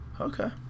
Okay